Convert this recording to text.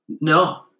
No